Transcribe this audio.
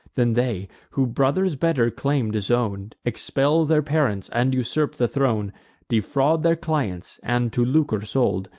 then they, who brothers' better claim disown, expel their parents, and usurp the throne defraud their clients, and, to lucre sold,